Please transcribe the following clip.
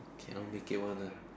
cannot make it one uh